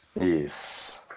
Yes